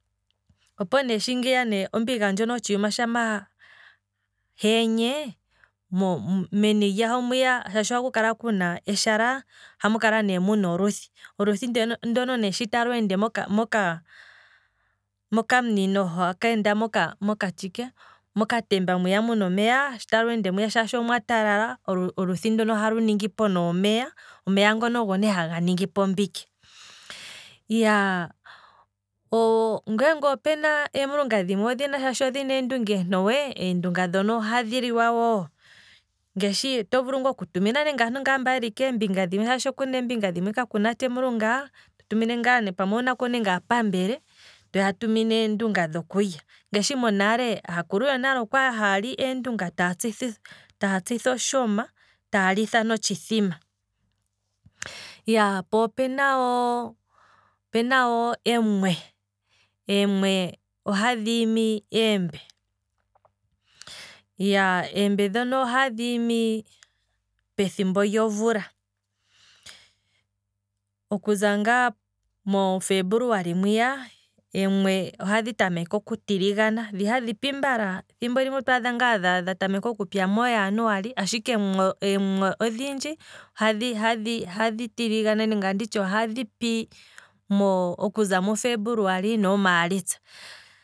Opo ne shingiya shampa ombiga ndjono hotshiyuma heenye, mo, meni lyaho mwiya shaashi ohaku kala muna eshala, ohamu kala muna oluthi, oluthi nee ndono shi talu ende moka moka munino ha kenda moka moka tshike, mokatemba mwiya muna omeya, sho talu endemo shaashi omwa talala, oluthi ndono ohalu ningipo ne omeya, omeya ngono ogo ne haga ningipo ombike, iyaaa, oooo. ngeenge opuna em'lunga dhimwe shaashi odhina eendunga eentowe, eendunga dhono ohadhi liwa wo, ngaashi oto vulu oku tumina nande okeembinga dhimwe shaashi opena eembinga dhimwe kaku natsha em'lunga, totumine ngaa pamwe owunako nande aapambele toya tumine eendunga dhokulya, ngaashi monale, aakulu yonale okwali haya li eendunga taa tsitha taa tsitha oshoma taya litha notshithima, po opena wo em'we, em'we ohadhi imi eembe, eembe dhono ohadhi imi pethimbo lyomvula, okuza ngaa mofebuluali mwiya, em'we ohadhi tameke okutiligana, dhi hadhi pi mbala otwaadha ngaa dhapya mujanuali, ashike em'we odhindji, ohadhi ohadhi tiligana nenge nditye ohadhi pi okuza mufebuluali noomaalitsa